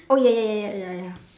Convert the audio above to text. oh ya ya ya ya ya ya